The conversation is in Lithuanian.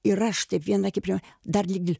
ir aš taip viena kiprema dar lygi